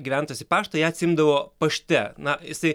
gyventojas į paštą ją atsiimdavo pašte na jisai